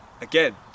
again